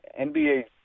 NBA